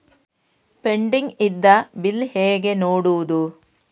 Pending ಇದ್ದ bill ಹೇಗೆ ನೋಡುವುದು?